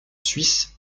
suisse